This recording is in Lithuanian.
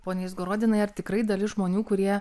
pone izgorodinai ar tikrai dalis žmonių kurie